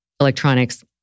electronics